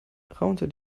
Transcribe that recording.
raunte